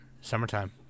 Summertime